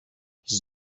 his